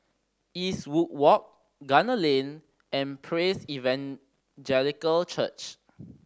Eastwood Walk Gunner Lane and Praise Evangelical Church